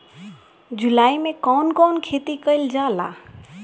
जुलाई मे कउन कउन खेती कईल जाला?